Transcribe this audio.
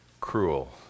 cruel